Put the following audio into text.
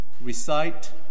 recite